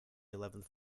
eleventh